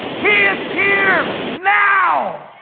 he is here now.